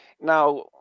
now